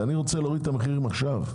אני רוצה להוריד את המחירים עכשיו.